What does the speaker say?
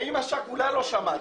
אמא שכולה לא שמעת.